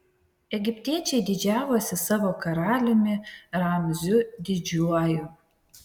egiptiečiai didžiavosi savo karaliumi ramziu didžiuoju